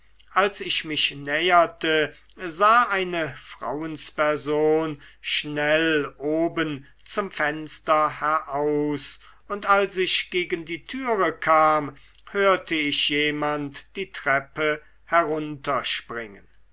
als ich mich näherte sah eine frauensperson schnell oben zum fenster heraus und als ich gegen die türe kam hörte ich jemand die treppe